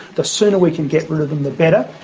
the sooner we can get rid of them the better,